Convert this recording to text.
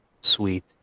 sweet